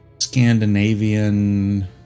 Scandinavian